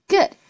Good